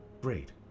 Great